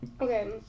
Okay